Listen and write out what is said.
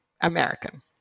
American